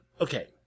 Okay